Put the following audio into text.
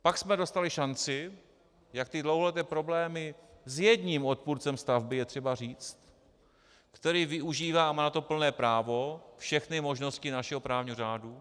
Pak jsme dostali šanci, jak ty dlouholeté problémy s jedním odpůrcem stavby je třeba říct, který využívá, a má na to plné právo, všechny možnosti našeho právního řádu.